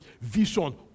vision